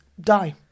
die